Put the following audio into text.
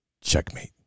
Checkmate